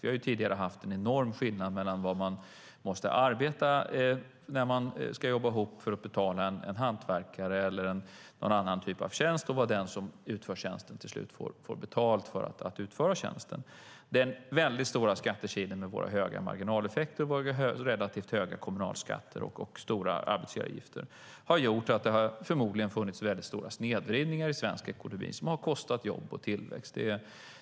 Vi har tidigare haft en enorm skillnad mellan vad man måste arbeta ihop för att kunna betala en hantverkares eller någon annan typ av tjänst och vad den som utför tjänsten till slut får betalt för att utföra tjänsten. Det är mycket stora skattekilar till följd av höga marginaleffekter, relativt höga kommunalskatter och höga arbetsgivaravgifter. Det har gjort att det förmodligen funnits stora snedvridningar i svensk ekonomi som har kostat jobb och tillväxt.